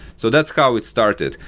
so that's how it started.